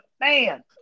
man